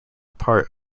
part